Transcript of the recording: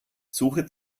suche